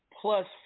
plus